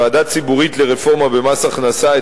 ועדה ציבורית לרפורמה במס הכנסה,